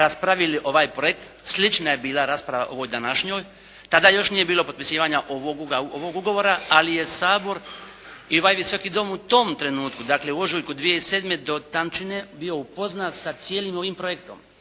raspravili ovaj projekt. Slična je bila rasprava ovoj današnjoj. Tada još nije bilo potpisivanja ovog ugovora ali je Sabor i ovaj Visoki dom u tom trenutku, dakle u ožujku 2007. do u tančine bio upoznat sa cijelim ovim projektom.